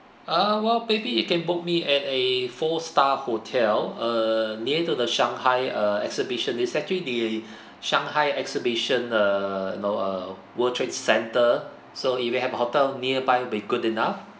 uh well maybe you can book me at a four star hotel err near to the shanghai uh exhibition is actually the shanghai exhibition uh you know uh world trade center so if you have a hotel nearby will be good enough